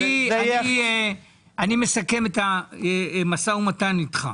אני מסכם את המשא ומתן איתך.